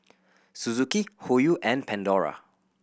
Suzuki Hoyu and Pandora